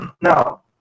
now